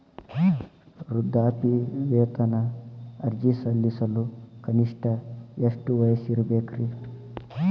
ವೃದ್ಧಾಪ್ಯವೇತನ ಅರ್ಜಿ ಸಲ್ಲಿಸಲು ಕನಿಷ್ಟ ಎಷ್ಟು ವಯಸ್ಸಿರಬೇಕ್ರಿ?